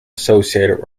associated